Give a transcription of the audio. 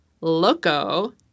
loco